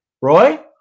Roy